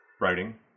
Writing